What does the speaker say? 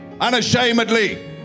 unashamedly